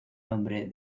nombre